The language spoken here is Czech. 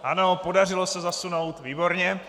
Ano, podařilo se zasunout, výborně.